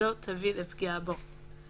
לא תביא לפגיעה בו.